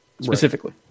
specifically